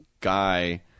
guy –